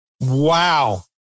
Wow